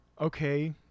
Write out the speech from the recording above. okay